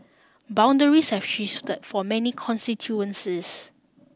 boundaries have shifted for many constituencies